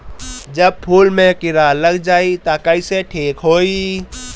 जब फूल मे किरा लग जाई त कइसे ठिक होई?